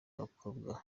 abakobwa